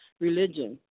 religion